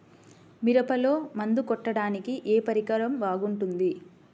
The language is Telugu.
మిరపలో మందు కొట్టాడానికి ఏ పరికరం బాగుంటుంది?